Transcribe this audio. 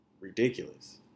ridiculous